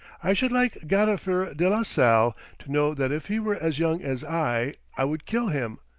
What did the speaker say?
i should like gadifer de la salle to know that if he were as young as i, i would kill him,